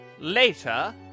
Later